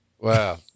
Wow